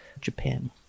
Japan